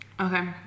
Okay